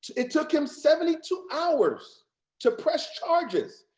it took him seventy two hours to press charges.